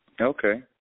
Okay